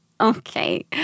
Okay